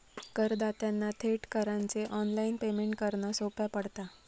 करदात्यांना थेट करांचे ऑनलाइन पेमेंट करना सोप्या पडता